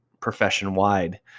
profession-wide